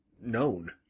known